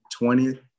20th